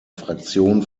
fraktion